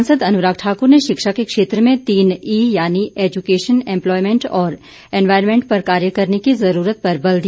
सांसद अनुराग ठाकुर ने शिक्षा के क्षेत्र में तीन ई यानि एजुकेशन एम्पलॉयमेंट और एम्पावरमेंट पर कार्य करने की जरूरत पर बल दिया